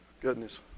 Goodness